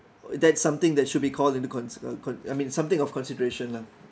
that's something that should be called into con~ con~ I mean something of consideration lah